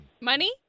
Money